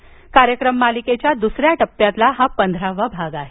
या कार्यक्रम मालिकेच्या दुसऱ्या टप्प्यातला हा पंधरावा भाग आहे